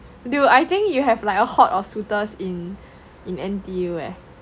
dude I think you have like a hoard of suitors in in N_T_U leh